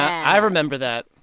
i remember that